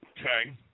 Okay